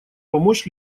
помочь